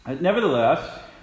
Nevertheless